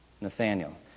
Nathaniel